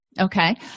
Okay